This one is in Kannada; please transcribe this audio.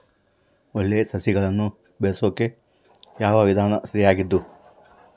ಒಳ್ಳೆ ಸಸಿಗಳನ್ನು ಬೆಳೆಸೊಕೆ ಯಾವ ವಿಧಾನ ಸರಿಯಾಗಿದ್ದು?